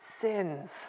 sins